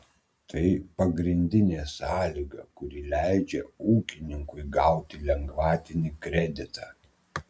tai pagrindinė sąlyga kuri leidžia ūkininkui gauti lengvatinį kreditą